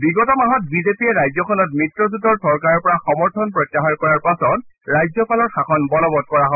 বিগত মাহত বিজেপিয়ে ৰাজ্যখনত মিত্ৰজোঁটৰ চৰকাৰৰ পৰা সমৰ্থন প্ৰত্যাহাৰ কৰাৰ পাছত ৰাজ্যপালৰ শাসন বলবৎ কৰা হয়